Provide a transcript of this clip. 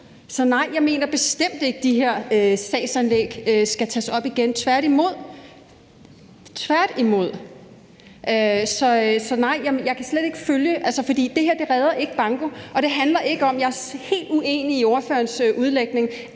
Så nej, jeg mener bestemt ikke, at de her sagsanlæg skal tages op igen, tværtimod. Nej, jeg kan slet ikke følge ordføreren, for det her redder ikke banko. Jeg er helt uenig i ordførerens udlægning.